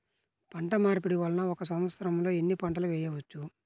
పంటమార్పిడి వలన ఒక్క సంవత్సరంలో ఎన్ని పంటలు వేయవచ్చు?